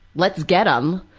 let's get him.